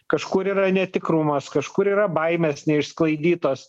kažkur yra netikrumas kažkur yra baimės neišsklaidytos